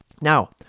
Now